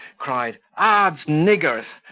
cried, odd's niggers!